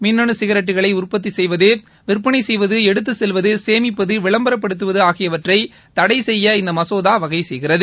மின்னனு சிகிரெட்டுகளை உற்பத்தி செய்வது விற்பனை செய்வது எடுத்து செல்வது சேமிப்பது விளம்பரப்படுத்துவது ஆகியவற்றை தடைசெய்ய இந்த மசோதா வகை செய்கிறது